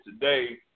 today